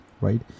right